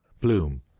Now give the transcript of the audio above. BLOOM